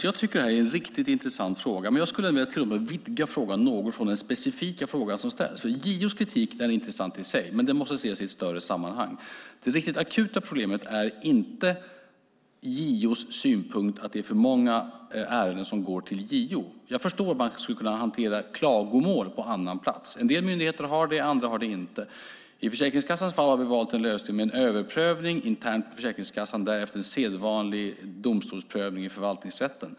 Fru talman! Det här är en riktigt intressant fråga, men jag skulle vilja vidga den något. JO:s kritik är intressant, men den måste ses i ett större sammanhang. Det akuta problemet är inte JO:s synpunkt att det är för många ärenden som går till JO. Jag förstår att man skulle kunna hantera klagomål på annan plats. En del myndigheter har det, andra inte. I Försäkringskassans fall har vi valt en lösning med en överprövning internt på Försäkringskassan och därefter en sedvanlig domstolsprövning i förvaltningsrätten.